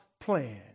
plan